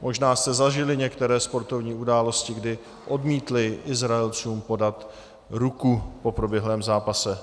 Možná jste zažili některé sportovní události, kdy odmítli Izraelcům podat ruku po proběhlém zápase.